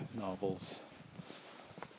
novels